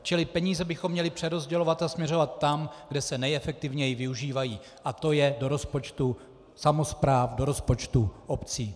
Čili peníze bychom měli přerozdělovat a směřovat tam, kde se nejefektivněji využívají, a to je do rozpočtu samospráv, do rozpočtu obcí.